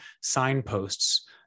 signposts